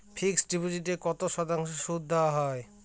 Fixed ডিপোজিটে কত শতাংশ সুদ দেওয়া হয়?